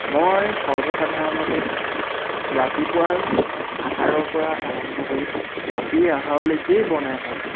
মই সৰ্বসাধাৰণতে ৰাতিপুৱাৰ আহাৰৰ পৰা আৰম্ভ কৰি ৰাতিৰ আহাৰলৈকেই বনাই ভাল পাওঁ